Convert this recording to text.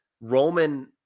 Roman